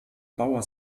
bauer